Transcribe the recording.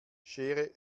schere